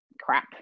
crap